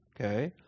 okay